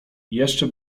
jeszcze